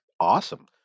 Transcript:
awesome